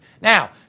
Now